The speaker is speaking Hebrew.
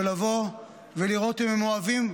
לבוא ולראות אם הם אוהבים,